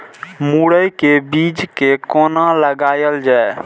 मुरे के बीज कै कोना लगायल जाय?